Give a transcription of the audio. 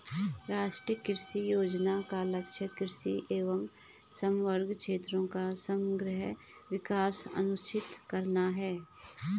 राष्ट्रीय कृषि योजना का लक्ष्य कृषि एवं समवर्गी क्षेत्रों का समग्र विकास सुनिश्चित करना है